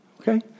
Okay